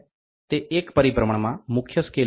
તે એક પરિભ્રમણમાં મુખ્ય સ્કેલ ઉપર 0